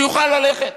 שיוכל ללכת.